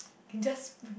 can just